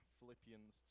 Philippians